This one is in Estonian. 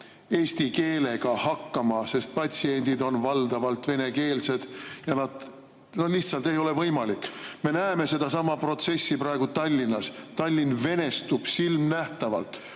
eesti keelega hakkama, sest patsiendid on valdavalt venekeelsed. Lihtsalt ei ole võimalik. Me näeme sedasama protsessi praegu Tallinnas – Tallinn venestub silmnähtavalt